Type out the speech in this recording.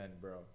bro